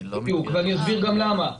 אני אסביר גם למה.